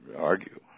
argue